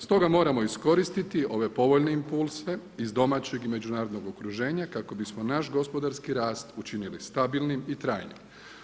Stoga moramo iskoristiti ove povoljne impulse iz domaćeg i međunarodnog okruženja, kako bismo naš gospodarski rast učinili stabilnim i trajnim.